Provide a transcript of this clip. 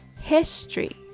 History